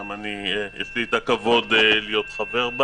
שם יש לי את הכבוד להיות חבר.